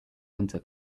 winter